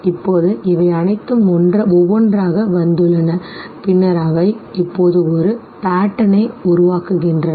இப்போது இவை அனைத்தும் ஒவ்வொன்றாக வந்துள்ளன பின்னர் அவை இப்போது ஒரு pattern ஐ உருவாக்குகின்றன